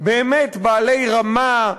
באמת בעלי רמה,